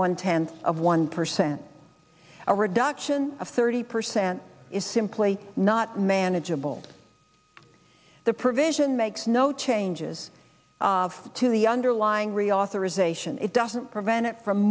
one tenth of one percent a reduction of thirty percent is simply not manageable the provision makes no changes to the underlying reauthorization it doesn't prevent it from